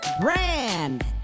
Brand